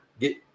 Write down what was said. Get